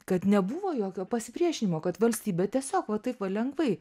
kad nebuvo jokio pasipriešinimo kad valstybė tiesiog va taip va lengvai